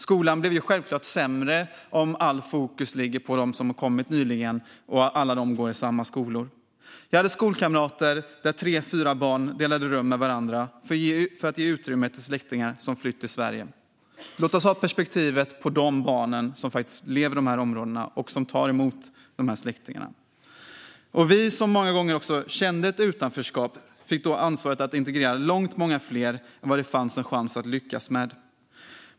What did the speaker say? Skolan blev givetvis sämre när allt fokus låg på de nyanlända och när alla de gick i samma skolor. Jag hade skolkamrater där tre fyra barn delade rum med varandra för att ge utrymme till släktingar som flytt till Sverige. Låt oss anta det perspektiv som de barn som faktiskt lever i dessa områden och tar emot släktingar har. Vi som många gånger redan kände ett utanförskap fick ta ansvaret för att integrera långt fler än vad det fanns en chans att lyckas med.